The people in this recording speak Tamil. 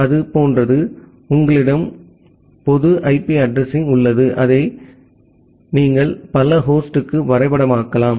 அது போன்றது உங்களிடம் ஒரு பொது ஐபி அட்ரஸிங் உள்ளது அதை நீங்கள் பல ஹோஸ்டுக்கு வரைபடமாக்கலாம்